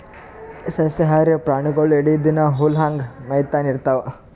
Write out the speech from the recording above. ಸಸ್ಯಾಹಾರಿ ಪ್ರಾಣಿಗೊಳ್ ಇಡೀ ದಿನಾ ಹುಲ್ಲ್ ಹಂಗೆ ಮೇಯ್ತಾನೆ ಇರ್ತವ್